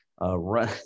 run